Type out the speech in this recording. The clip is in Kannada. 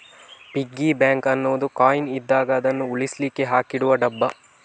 ಪಿಗ್ಗಿ ಬ್ಯಾಂಕು ಅನ್ನುದು ಕಾಯಿನ್ ಇದ್ದಾಗ ಅದನ್ನು ಉಳಿಸ್ಲಿಕ್ಕೆ ಹಾಕಿಡುವ ಡಬ್ಬ